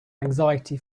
anxiety